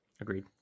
agreed